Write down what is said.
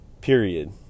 period